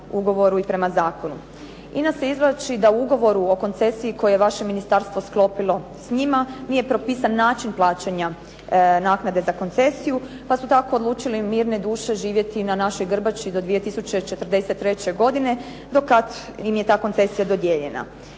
INA se izvlači da u ugovoru o koncesiji koji je vaše ministarstvo sklopilo s njima nije propisan način plaćanja naknade za koncesiju pa su tako odlučili mirne duše živjeti na našoj grbači do 2043. godine do kad im je ta koncesija dodijeljena.